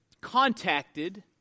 contacted